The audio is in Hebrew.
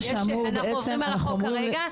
אנחנו עוברים על החוק כרגע.